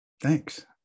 Thanks